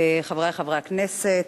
חברי חברי הכנסת,